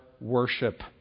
worship